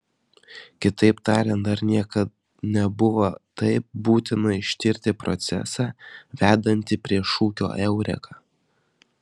kitaip tariant dar niekad nebuvo taip būtina ištirti procesą vedantį prie šūkio eureka